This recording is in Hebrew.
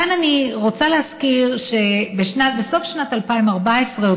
כאן אני רוצה להזכיר שבסוף שנת 2014,